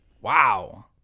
Wow